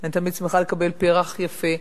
ואני תמיד שמחה לקבל פרח יפה,